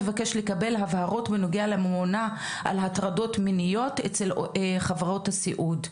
נבקש לקבל הבהרות בנוגע לממונה על הטרדות מיניות אצל חברות הסיעוד.